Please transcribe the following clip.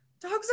dogs